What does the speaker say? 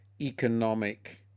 economic